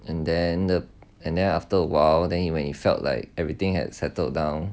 and then and then after a while then when it felt like everything had settled down